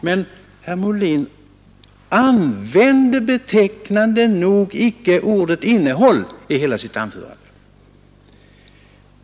Men herr Molin använde betecknande nog icke ordet innehåll.